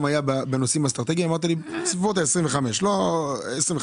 היה במשרד לנושאים אסטרטגיים ואמרת לי בסביבות 25. 25,